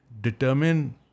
determine